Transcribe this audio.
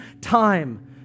time